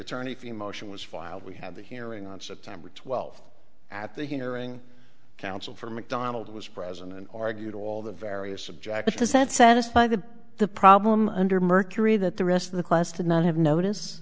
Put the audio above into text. attorney for the motion was filed we had the hearing on september twelfth at the hearing counsel for mcdonald was present and argued all the various subjects does that satisfy the the problem under mercury that the rest of the class did not have notice